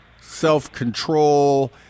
self-control